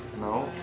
No